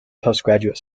postgraduate